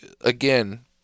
again